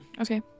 Okay